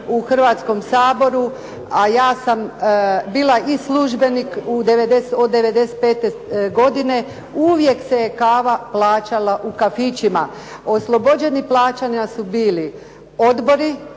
u Hrvatskom saboru, a ja sam bila i službenik od '95. godine, uvijek se je kava plaćala u kafićima. Oslobođeni plaćanja su bili odbori